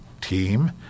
team